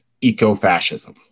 eco-fascism